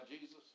Jesus